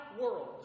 world